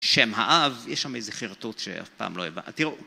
שם האב, יש שם איזה חירטות שאף פעם לא הבאה. תראו.